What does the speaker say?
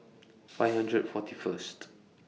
five hundred forty First